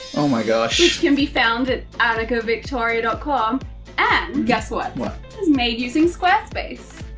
oh my gosh. which can be found at annikavictoria dot com and guess what? what? it was made using squarespace.